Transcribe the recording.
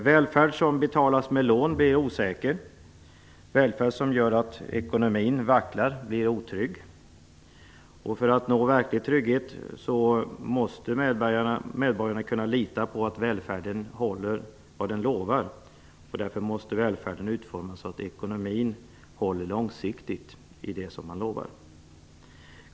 Välfärd som betalas med lån blir osäker. Välfärd som gör att ekonomin vacklar blir otrygg. För att nå verklig trygghet måste medborgarna kunna lita på att välfärden håller vad den lovar. Därför måste välfärden utformas så att ekonomin håller långsiktigt för det som man lovar.